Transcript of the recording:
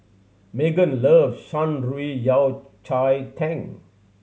Meggan love Shan Rui Yao Cai Tang